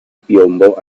piombo